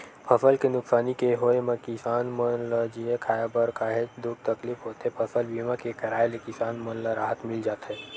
फसल के नुकसानी के होय म किसान मन ल जीए खांए बर काहेच दुख तकलीफ होथे फसल बीमा के कराय ले किसान मन ल राहत मिल जाथे